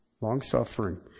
long-suffering